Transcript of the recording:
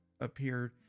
appeared